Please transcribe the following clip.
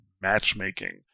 matchmaking